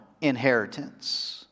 inheritance